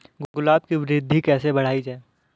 गुलाब की वृद्धि कैसे बढ़ाई जाए?